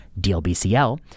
DLBCL